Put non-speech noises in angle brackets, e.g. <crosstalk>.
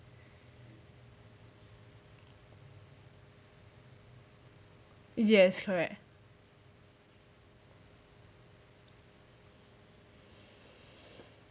yes correct <breath>